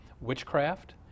witchcraft